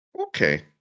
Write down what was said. okay